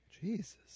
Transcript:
Jesus